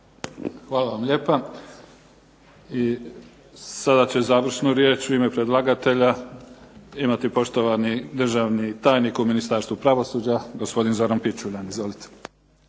Hvala vam lijepa. I sada će završnu riječ u ime predlagatelja imati poštovani državni tajnik u Ministarstvu pravosuđa, gospodin Zoran Pičuljan. Izvolite.